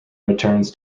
returns